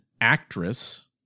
actress